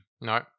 No